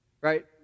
right